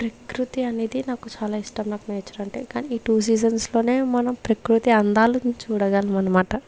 ప్రకృతి అనేది నాకు చాలా ఇష్టం నాకు నేచర్ అంటే కాని ఈ టూ సీజన్స్లోనే మనం ప్రకృతి అందాలని చూడగలం అన్నమాట